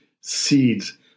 seeds